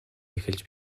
эхэлж